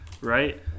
right